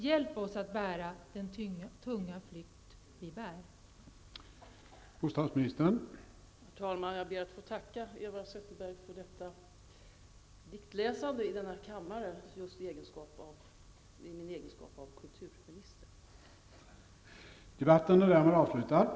hjälp oss att bära den tunga flykt vi bär.